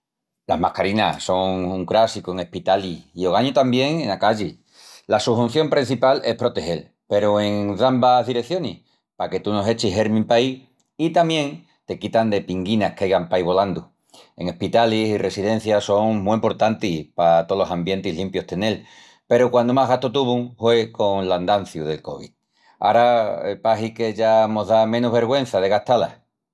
Las mascarinas son un crássicu en espitalis i ogañu tamién ena calli. La su hunción prencipal es protegel, peru en dambas direcionis: paque tú no echis germin paí i tamién te quitan de pinguinas qu'aigan paí volandu. En espitalis i residencias son mu emportantis pa tolos ambientis limpius tenel, peru quandu más gastu tuvun hue col andanciu del covid. Ara pahi que ya mos da menus vergüença de gastá-las.